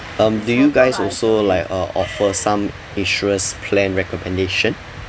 um do you guys also like uh offer some insurance plan recommendation